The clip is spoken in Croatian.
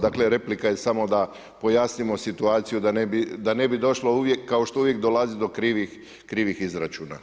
Dakle replika je samo da pojasnimo situaciju da ne bi došlo kao što uvijek dolazi do krivih izračuna.